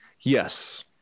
yes